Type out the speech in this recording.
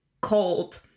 cold